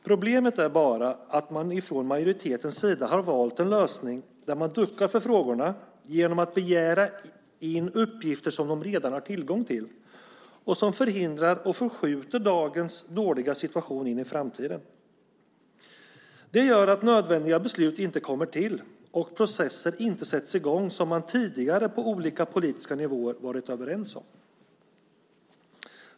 Problemet är bara att man från majoritetens sida har valt en lösning där man duckar för frågorna genom att begära in uppgifter som man redan har tillgång till och som förskjuter dagens dåliga situation in i framtiden. Det gör att nödvändiga beslut inte kommer till och att processer inte sätts i gång som man tidigare på olika politiska nivåer varit överens om.